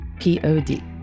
P-O-D